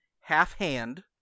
half-hand